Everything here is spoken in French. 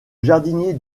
jardinier